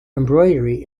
embroidery